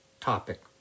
topic